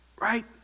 right